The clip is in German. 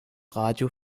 radio